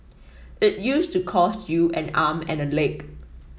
it used to cost you an arm and a leg